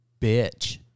bitch